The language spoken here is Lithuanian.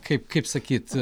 kaip kaip sakyt